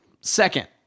Second